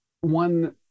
one